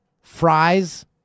fries